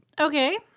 Okay